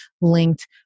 linked